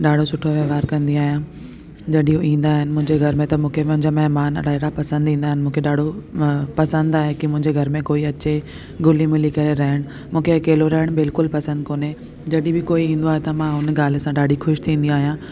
ॾाढो सुठो व्यवहारु कंदी आहियां जॾहिं हो इंदा आहिनि मुंहिंजे घरु में त मूंखे मुंहिंजा महिमान ॾाढा पसंदि इंदा आहिनि मुंखे ॾाढो पसंदि आहे की मुंहिंजे घरु में को़ई अचे घुली मिली करे रहण मूंखे अकेलो रहण बिल्कुलु पसंदि कोन्हे जॾहिं बि कोई ईंदो आहे त मां उन ॻाल्हि सां ॾाढो ख़ुशि थींदी आहियां